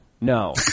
No